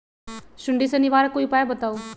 सुडी से निवारक कोई उपाय बताऊँ?